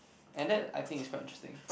and that I think is quite interesting